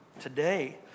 today